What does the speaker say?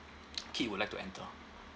kid would like to enter